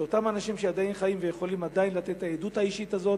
שאותם אנשים שעדיין חיים ועדיין יכולים לתת את העדות האישית הזאת,